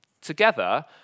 Together